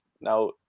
Now